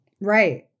Right